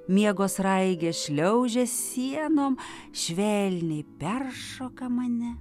miego sraigė šliaužia sienom švelniai peršoka mane